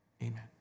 Amen